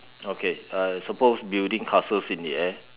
okay I suppose building castles in the air